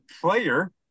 player